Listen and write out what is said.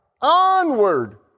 Onward